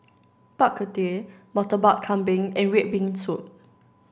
Bak Kut Teh Murtabak Kambing and red bean soup